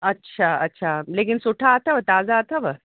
अच्छा अच्छा लेकिनि सुठा अथव ताज़ा अथव